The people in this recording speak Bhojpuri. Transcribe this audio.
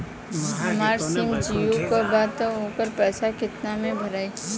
हमार सिम जीओ का बा त ओकर पैसा कितना मे भराई?